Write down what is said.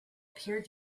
appeared